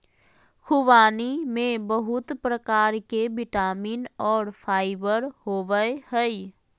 ख़ुबानी में बहुत प्रकार के विटामिन और फाइबर होबय हइ